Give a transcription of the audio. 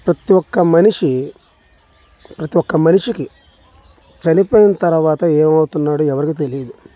ప్రతీ ఒక్క మనిషి ప్రతీ ఒక్క మనిషికి చనిపోయిన తరువాత ఏమి అవుతున్నాడు ఎవరికీ తెలియదు